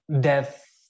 Death